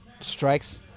strikes